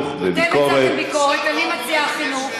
אתם הצעתם ביקורת, אני מציעה חינוך,